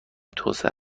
توسعه